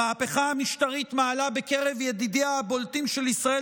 המהפכה המשטרית מעלה בקרב ידידיה הבולטים של ישראל